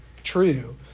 true